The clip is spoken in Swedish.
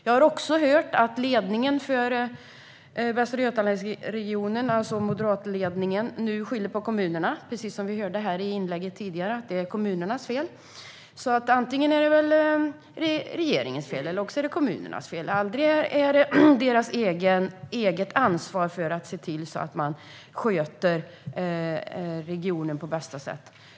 Jag har också hört att ledningen för Västra Götalandsregionen, alltså moderatledningen, nu skyller på kommunerna. Vi fick i inlägget här tidigare också höra att det är kommunernas fel. Antingen är det regeringens fel eller också är det kommunernas fel. Aldrig är det deras eget ansvar att se till att sköta regionen på bästa sätt.